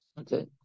okay